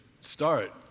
start